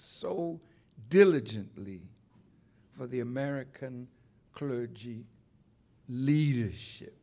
so diligently for the american clergy leadership